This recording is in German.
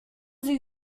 sie